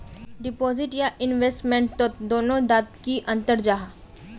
Deposit या investment तोत दोनों डात की अंतर जाहा?